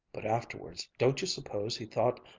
but afterwards, don't you suppose he thought.